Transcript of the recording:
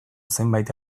zenbait